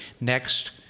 next